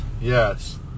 Yes